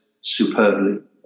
superbly